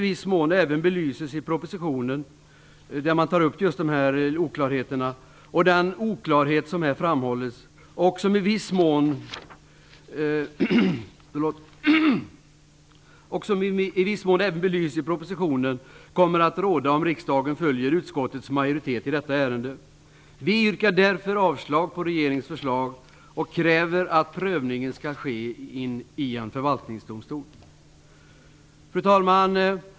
Den belyses i viss mån även i propositionen, och den kommer att råda om riksdagen följer utskottets majoritet i detta ärende. Vi yrkar därför avslag på regeringens förslag och kräver att prövningen skall ske i en förvaltningsdomstol. Fru talman!